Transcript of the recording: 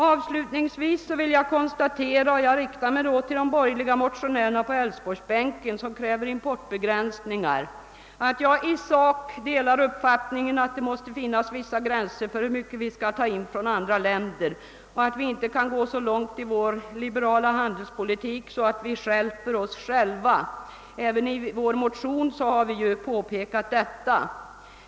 Avslutningsvis vill jag konstatera, och jag riktar mig då till de borgerliga motionärerna på älvsborgsbänken som kräver importbegränsningar, att jag i sak delar uppfattningen, att det måste finnas vissa gränser för hur mycket vi skall ta in från andra länder och att vi inte kan gå så långt i vår liberala handelspolitik att vi stjälper oss själva. Även i vår motion har vi ju påpekat detta.